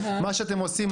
מה שאתם עושים,